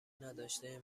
نداشته